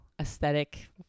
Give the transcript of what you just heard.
aesthetic